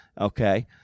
okay